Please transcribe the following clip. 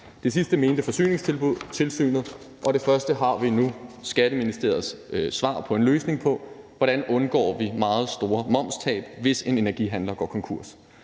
Det sidste mente Forsyningstilsynet, og det første har vi nu Skatteministeriets svar på en løsning på. Hvordan undgår vi meget store momstab, hvis en energihandler går konkurs?